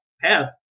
path